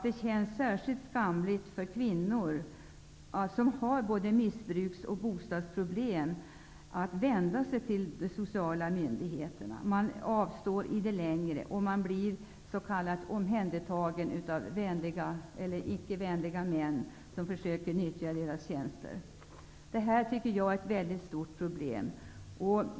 Det känns särskilt skamligt för kvinnor som har både missbruks och bostadsproblem att vända sig till de sociala myndigheterna. De avstår i det längsta och blir kanske omhändertagna av s.k. vänliga män som försöker utnyttja deras tjänster. Det här är ett väldigt stort problem.